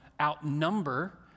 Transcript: outnumber